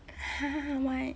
why